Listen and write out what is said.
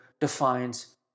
defines